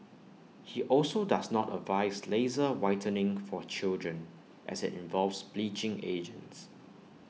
he also does not advise laser whitening for children as IT involves bleaching agents